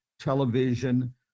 television